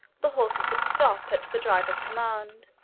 the horses would stop, at the driver's command.